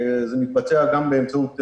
למשל,